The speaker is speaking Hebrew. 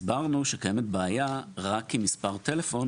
הסברנו שקיימת בעיה רק עם מספר הטלפון,